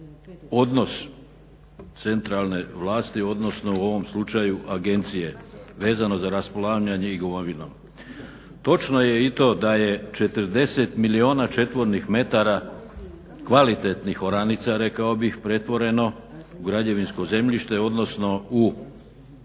odnos centralne vlasti odnosno u ovom slučaju agencije vezano za raspolaganje imovinom. Točno je i to da je 40 milijuna četvornih metara kvalitetnih oranica rekao bih pretvoreno u građevinsko zemljište odnosno u